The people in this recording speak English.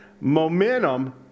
Momentum